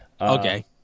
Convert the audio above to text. Okay